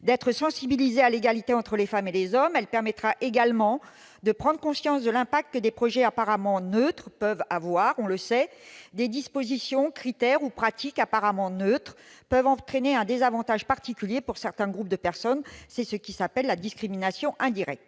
d'être sensibilisé à l'égalité entre les femmes et les hommes. Elle leur permettra également de prendre conscience de l'impact que des projets apparemment neutres peuvent avoir. On le sait, des dispositions, des critères ou des pratiques apparemment neutres peuvent entraîner un désavantage particulier pour certains groupes de personnes. C'est ce qui s'appelle la discrimination indirecte.